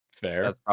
Fair